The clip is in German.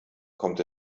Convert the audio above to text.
kommt